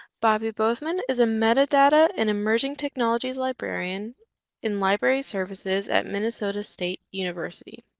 bobby bothmann is a metadata and emerging technologies librarian in library services at minnesota state university.